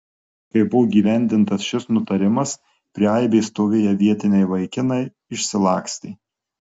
kai buvo įgyvendintas šis nutarimas prie aibės stovėję vietiniai vaikinai išsilakstė